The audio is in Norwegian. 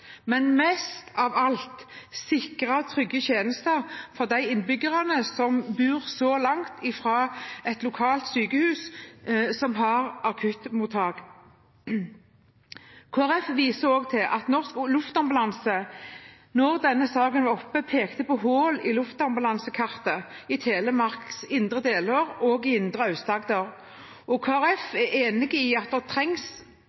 men mest av alt: sikre trygge tjenester for de innbyggerne som bor langt fra et lokalt sykehus som har akuttmottak. Kristelig Folkeparti viser også til at Norsk Luftambulanse da denne saken var oppe, pekte på hull i luftambulansekartet over Telemarks indre deler og indre Aust-Agder. Kristelig Folkeparti er enig i at det trengs